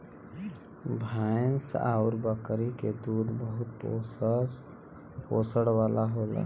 भैंस आउर बकरी के दूध बहुते पोषण वाला होला